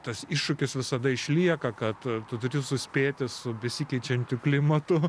tas iššūkis visada išlieka kad tu turi suspėti su besikeičiančiu klimatu